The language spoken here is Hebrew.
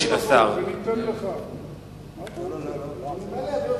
ברשות יושב-ראש הישיבה, הנני מתכבד להודיע,